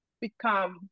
become